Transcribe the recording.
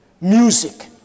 music